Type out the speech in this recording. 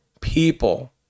people